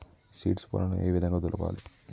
Seeds పొలాలను ఏ విధంగా దులపాలి?